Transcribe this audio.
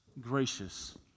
gracious